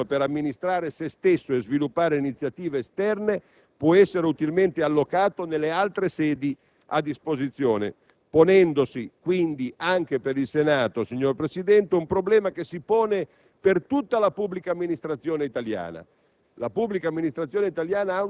Tutto ciò che serve al Senato per amministrare se stesso e sviluppare iniziative esterne può essere utilmente allocato nelle altre sedi a disposizione, ponendosi quindi anche per il Senato, signor Presidente, un problema che si pone per tutta la pubblica amministrazione italiana.